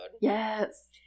Yes